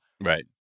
right